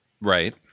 Right